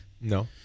No